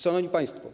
Szanowni Państwo!